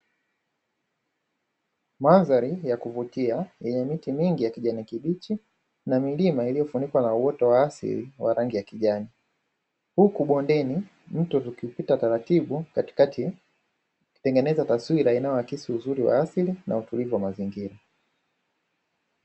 Mandhari ya kuvutia yenye miti mingi ya kijani kibichi na milima iliyofunikwa na uoto wa asili wa rangi ya kijani huku bondeni mto ukipita taratibu katikati ukitengeneza taswira inayoakisi uzuri wa asili na utulivu wa mazingira.